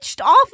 off